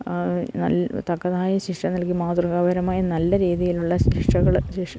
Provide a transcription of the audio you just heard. തക്കതായ ശിക്ഷ നൽകി മാതൃകാപരമായി നല്ല രീതിയിലുള്ള ശിക്ഷകള്